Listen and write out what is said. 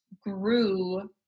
grew